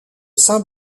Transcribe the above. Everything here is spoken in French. saint